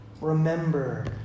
remember